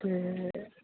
ते